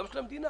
גם של המדינה